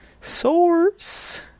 Source